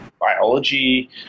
biology